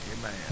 Amen